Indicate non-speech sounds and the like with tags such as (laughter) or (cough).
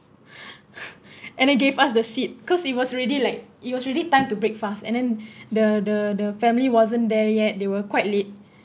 (breath) and he gave us the seat cause it was already like it was really time to breakfast and then the the the family wasn't there yet they were quite late